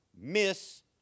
miss